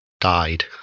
died